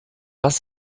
was